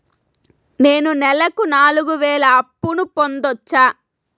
నేను నెలకు నాలుగు వేలు అప్పును పొందొచ్చా?